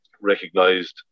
recognized